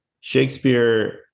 Shakespeare